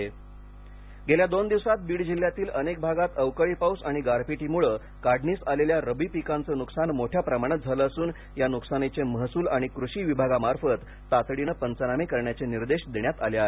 बीड पाऊस नकसान गेल्या दोन दिवसात बीड जिल्ह्यातील अनेक भागात अवकाळी पाऊस आणि गारपिटीमुळे काढणीस आलेल्या रब्बी पिकांचे नुकसान मोठ्या प्रमाणात झालं असून या नुकसानीचे महसूल आणि कृषी विभागामार्फ़त तातडीने पंचनामे करण्याचे निर्देश देण्यात आले आहेत